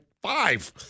five